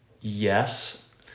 Yes